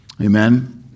Amen